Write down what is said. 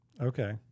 Okay